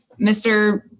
Mr